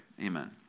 Amen